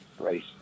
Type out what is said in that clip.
Race